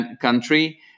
country